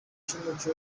cy’umuco